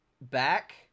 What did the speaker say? back